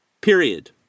period